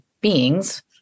beings